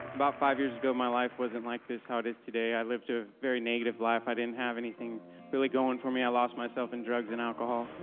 about five years ago, my life wasn't like this, how it is today. i lived a very negative life. i didn't have anything really going for me. i lost myself in drugs and alcohol.